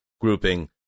grouping